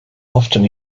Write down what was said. often